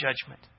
judgment